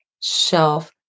shelf